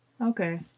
Okay